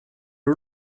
are